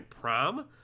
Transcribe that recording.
prom